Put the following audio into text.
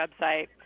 website